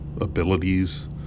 abilities